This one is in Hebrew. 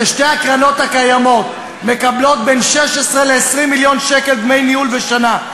ששתי הקרנות הקיימות מקבלות בין 16 ל-20 מיליון שקל דמי ניהול בשנה,